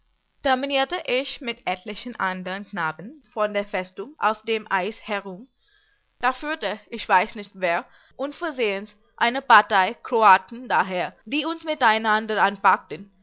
terminierte ich mit etlichen andern knaben von der festung auf dem eis herum da führte ich weiß nicht wer unversehens eine partei kroaten daher die uns miteinander anpackten auf